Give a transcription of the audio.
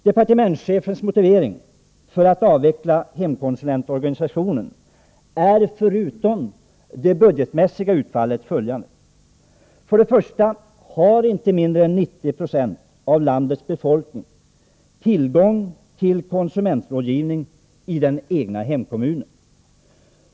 Departementschefens motivering för att avveckla hemkonsulentorganisationen är, förutom det budgetmässiga utfallet, följande: För det första har inte mindre än 90 96 av landets befolkning tillgång till konsumentrådgivning i den egna hemkommunen.